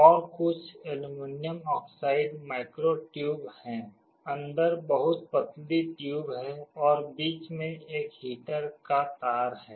और कुछ aluminium oxide micro tube हैं अंदर बहुत पतली ट्यूब हैं और बीच में एक हीटर का तार है